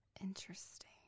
Interesting